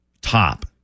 top